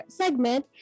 segment